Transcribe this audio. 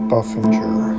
Buffinger